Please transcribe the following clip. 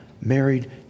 married